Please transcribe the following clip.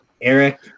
Eric